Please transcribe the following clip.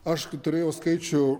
aš turėjau skaičių